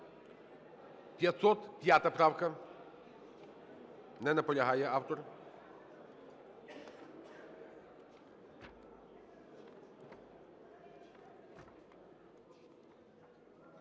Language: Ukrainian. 505 правка. Не наполягає автор.